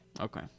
Okay